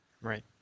Right